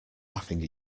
laughing